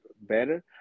better